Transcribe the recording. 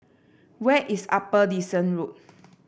where is Upper Dickson Road